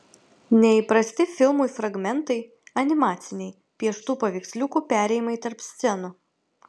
neįprasti filmui fragmentai animaciniai pieštų paveiksliukų perėjimai tarp scenų